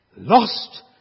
Lost